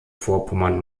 vorpommern